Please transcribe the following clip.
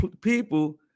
people